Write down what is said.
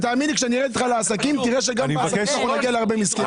כשאני ארד איתך לעסקים אתה תראה שגם בעסקים אנחנו נגיע להרבה מסכנים.